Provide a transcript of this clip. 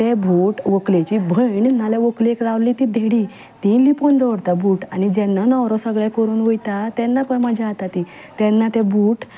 ते बूट व्हंकलेची भयण नाजाल्यार व्हंकलेक रावल्ली ती धेडी ती लिपोवन दवरता बूट आनी जेन्ना न्हवरो सगलें करून वयता तेन्ना मजा येता ती तेन्ना ते बूट